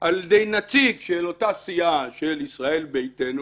על ידי נציג של אותה סיעה של ישראל ביתנו,